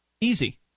Easy